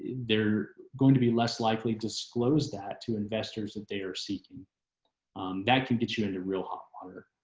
they're going to be less likely disclose that to investors that they are seeking that can get you into real hot water.